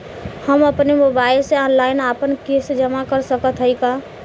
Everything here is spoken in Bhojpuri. हम अपने मोबाइल से ऑनलाइन आपन किस्त जमा कर सकत हई का?